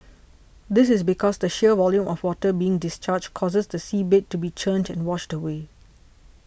this is because the sheer volume of water being discharged causes the seabed to be churned and washed away